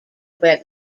where